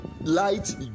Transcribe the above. light